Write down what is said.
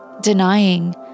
denying